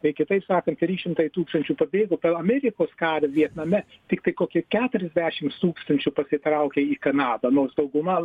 tai kitaip sakant trys šimtai tūkstančių pabėgo per amerikos karą vietname tiktai kokie keturiasdešims tūkstančių pasitraukė į kanadą nors dauguma